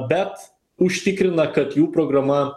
bet užtikrina kad jų programa